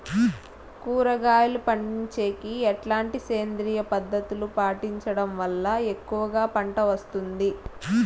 కూరగాయలు పండించేకి ఎట్లాంటి సేంద్రియ పద్ధతులు పాటించడం వల్ల ఎక్కువగా పంట వస్తుంది?